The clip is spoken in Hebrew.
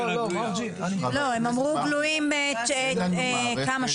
לא הם אמרו גלויים, כמה?